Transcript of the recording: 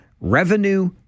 revenue